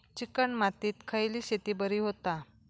Chicken मातीत खयली शेती बरी होता?